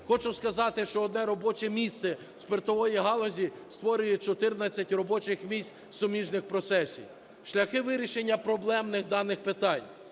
Хочу сказати, що одне робоче місце спиртової галузі створює 14 робочих місць суміжних професій. Шляхи вирішення проблемних даних питань.